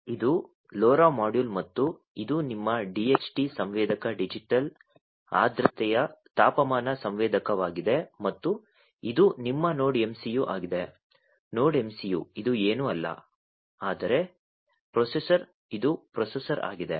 ಇದು LORa module ಮತ್ತು ಇದು ನಿಮ್ಮ DHT ಸಂವೇದಕ ಡಿಜಿಟಲ್ ಆರ್ದ್ರತೆಯ ತಾಪಮಾನ ಸಂವೇದಕವಾಗಿದೆ ಮತ್ತು ಇದು ನಿಮ್ಮ ನೋಡ್ MCU ಆಗಿದೆ ನೋಡ್ MCU ಇದು ಏನೂ ಅಲ್ಲ ಆದರೆ ಪ್ರೊಸೆಸರ್ ಇದು ಪ್ರೊಸೆಸರ್ ಆಗಿದೆ